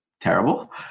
terrible